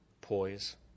poise